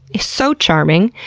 so charming.